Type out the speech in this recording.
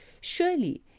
surely